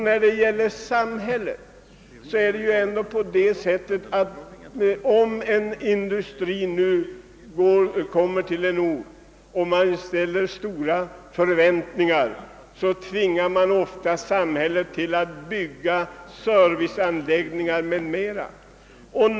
När det gäller samhället är det ju ändå på det sättet att när det etableras en industri på en ort, så tvingas samhället bygga serviceanläggningar m.m.